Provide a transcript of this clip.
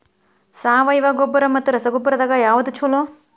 ಸಾವಯವ ಗೊಬ್ಬರ ಮತ್ತ ರಸಗೊಬ್ಬರದಾಗ ಯಾವದು ಛಲೋ?